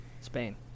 Spain